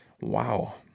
Wow